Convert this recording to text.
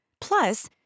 Plus